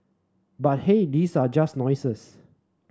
but hey these are just noises